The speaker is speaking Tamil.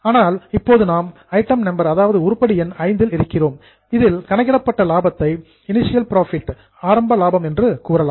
ஆனால் இப்போது நாம் ஐட்டம் நம்பர் உருப்படி எண் V இல் இருக்கிறோம் இதில் கணக்கிடப்பட்ட லாபத்தை இனிஷியல் புரோஃபிட் ஆரம்ப லாபம் என்று கூறலாம்